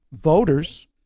voters